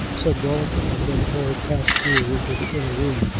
said walliker and then harry passed through into the inner room.